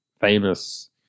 famous